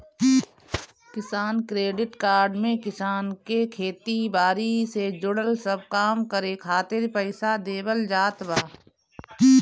किसान credit card में किसान के खेती बारी से जुड़ल सब काम करे खातिर पईसा देवल जात बा